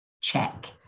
check